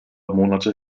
monate